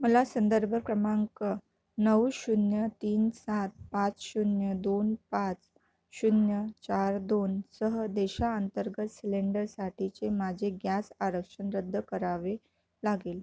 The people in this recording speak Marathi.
मला संदर्भ क्रमांक नऊ शून्य तीन सात पाच शून्य दोन पाच शून्य चार दोनसह देशांतर्गत सिलेंडरसाठीचे माझे ग्यास आरक्षण रद्द करावे लागेल